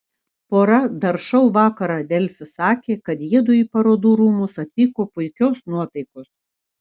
pora dar šou vakarą delfi sakė kad jiedu į parodų rūmus atvyko puikios nuotaikos